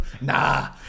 Nah